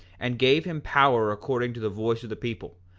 and gave him power according to the voice of the people,